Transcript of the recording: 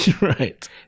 Right